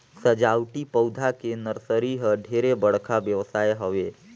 सजावटी पउधा के नरसरी ह ढेरे बड़का बेवसाय हवे